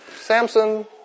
Samson